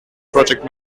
project